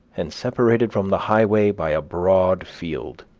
and separated from the highway by a broad field